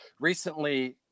recently